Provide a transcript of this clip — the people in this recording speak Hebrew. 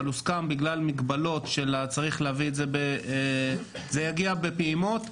אבל הוסכם שבגלל מגבלות זה יגיע בפעימות.